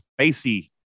Spacey